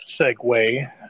segue